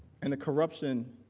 and the corruption